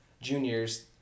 juniors